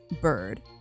bird